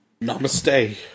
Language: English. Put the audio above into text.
Namaste